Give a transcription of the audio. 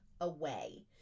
away